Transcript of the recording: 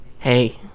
Hey